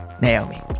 Naomi